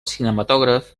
cinematògraf